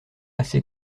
assez